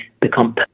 become